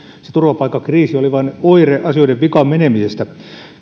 se turvapaikkakriisi oli vain oire asioiden vikaan menemisestä